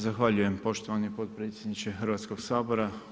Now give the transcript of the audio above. Zahvaljujem poštovani potpredsjedniče Hrvatskog sabora.